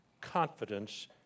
confidence